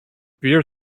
beer